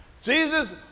Jesus